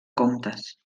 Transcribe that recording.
comptes